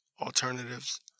alternatives